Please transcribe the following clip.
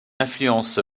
influence